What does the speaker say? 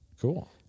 Cool